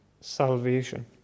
salvation